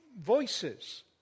voices